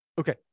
okay